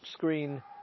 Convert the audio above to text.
touchscreen